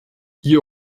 ihr